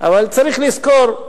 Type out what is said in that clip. אבל צריך לזכור,